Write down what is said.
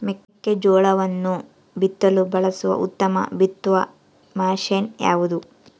ಮೆಕ್ಕೆಜೋಳವನ್ನು ಬಿತ್ತಲು ಬಳಸುವ ಉತ್ತಮ ಬಿತ್ತುವ ಮಷೇನ್ ಯಾವುದು?